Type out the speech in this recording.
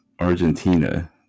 Argentina